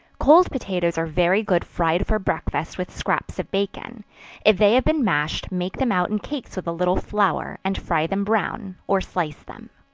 cold potatoes are very good fried for breakfast with scraps of bacon if they have been mashed, make them out in cakes with a little flour, and fry them brown, or slice them.